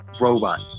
robot